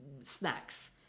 snacks